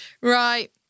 right